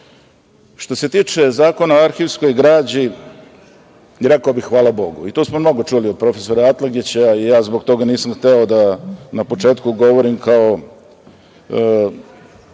se tiče Zakona o arhivskoj građi, rekao bih hvala Bogu. Tu smo mnogo čuli od profesora Atlagića i ja zbog toga nisam hteo da na početku govorim kao